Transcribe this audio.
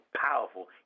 powerful